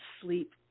sleep